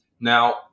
Now